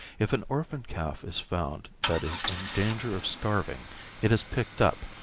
if an orphan calf is found that is in danger of starving it is picked up,